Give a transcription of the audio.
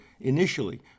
initially